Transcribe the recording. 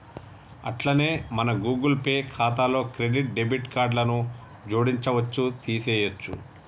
అట్లనే మన Google Pay ఖాతాలో క్రెడిట్ డెబిట్ కార్డులను జోడించవచ్చు తీసేయొచ్చు